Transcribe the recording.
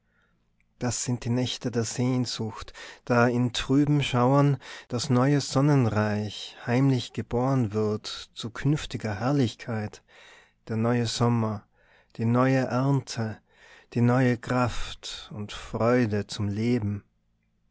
das sind die nächte der sehnsucht da in trüben schauern das neue sonnenreich heimlich geboren wird zu künftiger herrlichkeit der neue sommer die neue ernte die neue kraft und freude zum leben